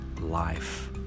life